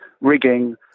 rigging